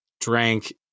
drank